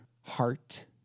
heart